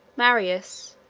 marius,